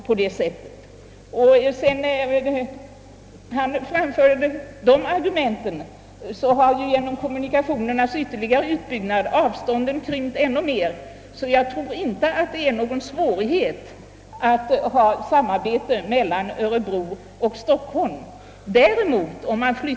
Sedan han framförde sina argument har genom kommunikationernas ytterligare utbyggnad avstånden krympt ännu mer. Jag tror därför inte att det skulle vara svårt att ordna ett samarbete mellan gymnastikhögskolorna i Örebro och Stockholm.